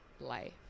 life